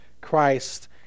Christ